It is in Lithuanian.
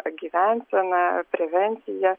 gyvenseną prevenciją